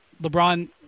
LeBron